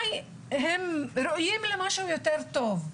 ראויים למשהו יותר טוב.